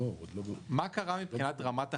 מה קרה מבחינת רמת החיים?